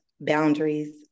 Boundaries